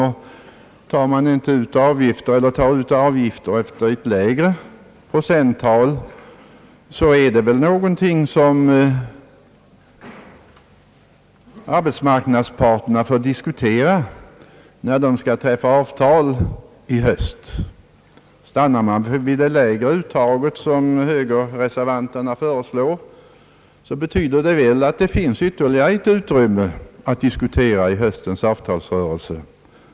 Om vi här över huvud taget inte skulle ta ut några avgifter för allmänna pensionsfonden eller lägre sådana avgifter än vad vi nu uttar skulle företagen där få en marginal som arbetsmarknadsparterna då får diskutera när de skall träffa nya avtal i höst. Stannar man vid det lägre uttaget, som högerreservanterna föreslår, så betyder det väl att det finns ytterligare utrymme för löneförbättringar att diskutera i höstens avtalsrörelse.